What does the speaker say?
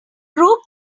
group